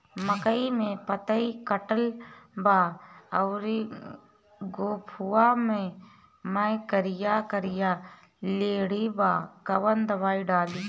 मकई में पतयी कटल बा अउरी गोफवा मैं करिया करिया लेढ़ी बा कवन दवाई डाली?